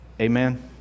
Amen